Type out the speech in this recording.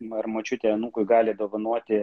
mar močiutė anūkui gali dovanoti